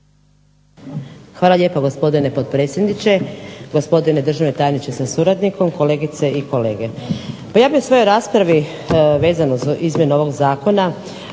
Hvala lijepa gospodine potpredsjedniče, gospodine državni tajniče sa suradnikom, kolegice i kolege. Pa ja bih u svojoj raspravi vezano za izmjene ovog zakona